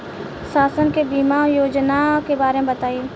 शासन के बीमा योजना के बारे में बताईं?